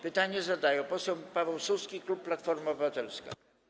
Pytanie zadaje poseł Paweł Suski, klub Platforma Obywatelska.